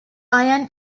iron